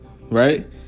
right